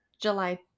July